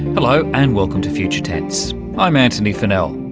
hello and welcome to future tense, i'm antony funnell.